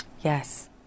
Yes